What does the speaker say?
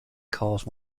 cause